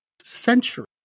century